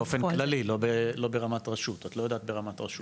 באופן כללי, לא ברמת רשות, את לא יודעת ברמת רשות.